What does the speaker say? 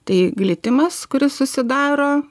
tai glitimas kuris susidaro